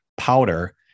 powder